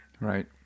Right